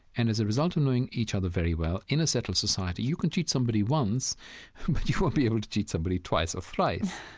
and as a result of knowing each other very well in a settled society, you can cheat somebody once but you won't be able to cheat somebody twice or thrice,